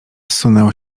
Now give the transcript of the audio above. zsunęło